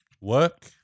work